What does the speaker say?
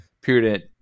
period